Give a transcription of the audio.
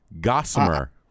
gossamer